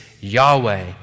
yahweh